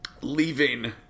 leaving